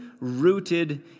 rooted